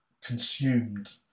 consumed